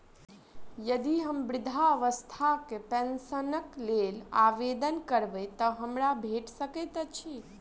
यदि हम वृद्धावस्था पेंशनक लेल आवेदन करबै तऽ हमरा भेट सकैत अछि?